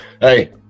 hey